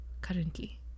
currently